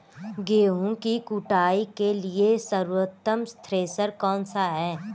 गेहूँ की कुटाई के लिए सर्वोत्तम थ्रेसर कौनसा है?